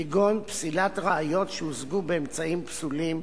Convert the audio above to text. כגון פסילת ראיות שהושגו באמצעים פסולים,